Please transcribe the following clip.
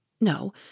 No